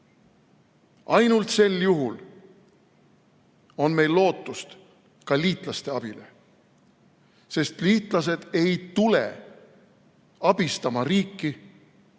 ainult sel juhul on meil lootust ka liitlaste abile. Sest liitlased ei tule abistama riiki,